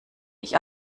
ich